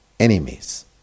enemies